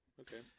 okay